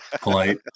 polite